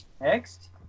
Next